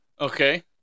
Okay